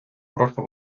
прошу